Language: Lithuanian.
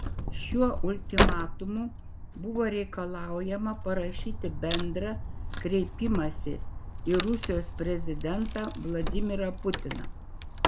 šiuo ultimatumu buvo reikalaujama parašyti bendrą kreipimąsi į rusijos prezidentą vladimirą putiną